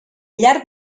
llarg